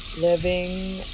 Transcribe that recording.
living